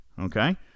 Okay